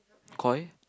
Koi